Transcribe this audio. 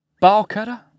ball-cutter